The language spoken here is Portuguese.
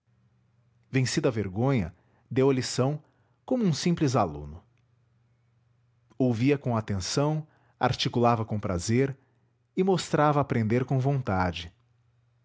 a vergonha deu a lição como um simples aluno ouvia com atenção articulava com prazer e mostrava aprender com vontade